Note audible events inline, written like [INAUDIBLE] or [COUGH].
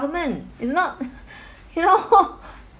is not [LAUGHS] you know